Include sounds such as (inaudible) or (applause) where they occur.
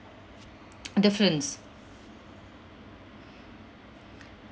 (noise) difference